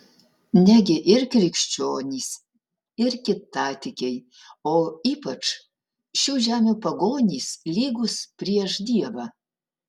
negi ir krikščionys ir kitatikiai o ypač šių žemių pagonys lygūs prieš dievą